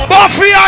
Buffy